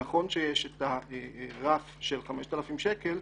נכון שיש את הרף של 5,000 שקל,